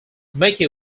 mickey